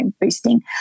boosting